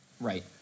Right